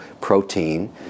protein